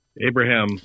Abraham